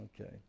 Okay